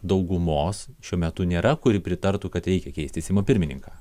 daugumos šiuo metu nėra kuri pritartų kad reikia keisti seimo pirmininką